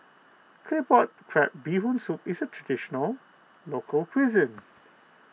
Claypot Crab Bee Hoon Soup is a Traditional Local Cuisine